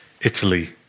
Italy